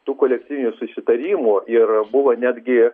tų kolektyvinių susitarimų ir buvo netgi